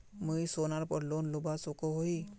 मुई सोनार पोर लोन लुबा सकोहो ही?